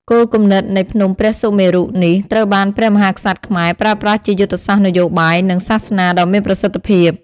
គោលគំនិតនៃភ្នំព្រះសុមេរុនេះ ត្រូវបានព្រះមហាក្សត្រខ្មែរប្រើប្រាស់ជាយុទ្ធសាស្ត្រនយោបាយ និងសាសនាដ៏មានប្រសិទ្ធភាព។